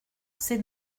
c’est